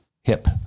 hip